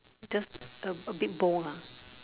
just a A bit bold lah